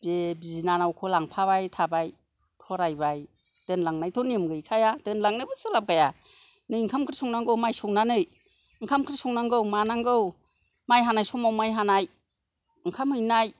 बे बिनानावखौ लांफाबाय थाबाय फरायबाय दोनलांनायथ' नियम गैखाया दोनलांनोबो सोलाबखाया नै ओंखाम ओंख्रि संनांगौ माइ सौनानै ओंखाम ओंख्रि संनांगौ मानांगौ माइ हानाय समाव माइ हानाय ओंखाम हैनाय